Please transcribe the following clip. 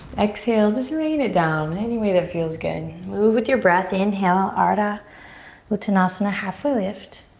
exhale, just rain it down any way that feels good. move with your breath. inhale, ardha uttanasana, halfway lift.